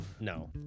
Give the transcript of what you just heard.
No